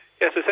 Yes